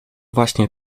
właśnie